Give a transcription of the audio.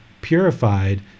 purified